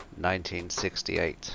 1968